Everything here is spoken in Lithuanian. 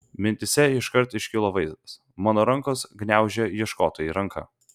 mintyse iškart iškilo vaizdas mano rankos gniaužia ieškotojai ranką